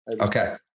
Okay